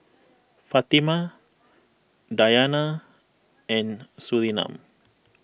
Fatimah Dayana and Surinam